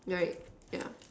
right yeah